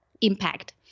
impact